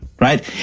Right